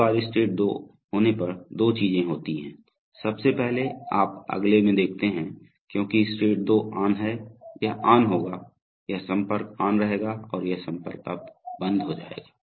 एक बार स्टेट 2 होने पर दो चीजें होती हैं सबसे पहले आप अगले में देखते हैं क्योंकि स्टेट 2 ऑन है यह ऑन होगा यह संपर्क ऑन रहेगा और यह संपर्क अब बंद हो जाएगा